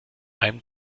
einem